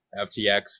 FTX